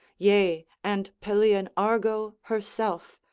yea and pelian argo herself,